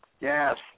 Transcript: Yes